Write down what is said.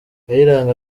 kayiranga